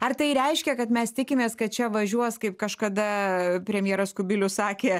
ar tai reiškia kad mes tikimės kad čia važiuos kaip kažkada premjeras kubilius sakė